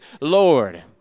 Lord